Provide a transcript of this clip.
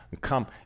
come